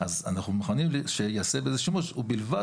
אז אנחנו מוכנים שייעשה בזה שימוש ובלבד